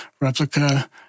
replica